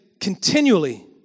continually